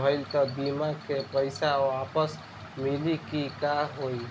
भइल त बीमा के पईसा वापस मिली की का होई?